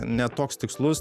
ne toks tikslus